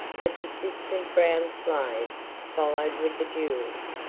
the persistent brown slaves followed with the jewels,